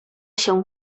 się